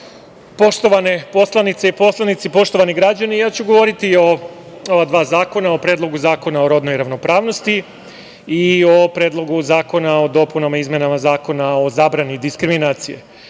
poštovane poslanice i poslanici, poštovani građani, ja ću govoriti o ova dva zakona o Predlogu zakona o rodnoj ravnopravnosti i o Predlogu zakona o dopunama i izmenama Zakona o zabrani diskriminacije. Prvo